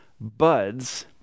buds